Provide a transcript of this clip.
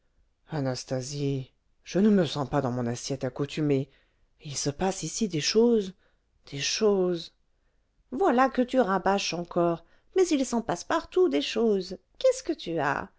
anastasie je ne me sens pas dans mon assiette accoutumée il se passe ici des choses des choses voilà que tu rabâches encore mais il s'en passe partout des choses qu'est-ce que tu as